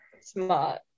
Smart